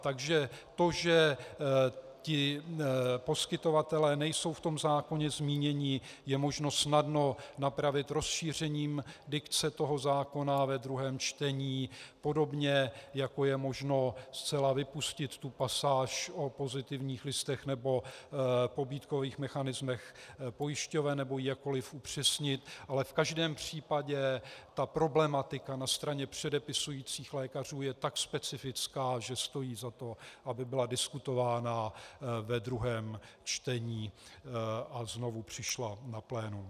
Takže to, že poskytovatelé nejsou v zákoně zmíněni, je možno snadno napravit rozšířením dikce zákona ve druhém čtení, podobně jako je možné zcela vypustit pasáž o pozitivních listech nebo pobídkových mechanismech pojišťoven nebo ji jakkoliv upřesnit, ale v každém případě problematika na straně předepisujících lékařů je tak specifická, že stojí za to, aby byla diskutována ve druhém čtení a znovu přišla na plénum.